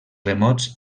remots